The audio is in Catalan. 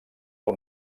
del